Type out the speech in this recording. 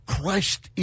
Christ